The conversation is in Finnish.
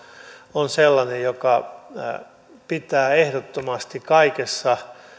on sellainen jonka pitää ehdottomasti kaikessa